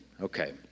Okay